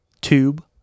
tube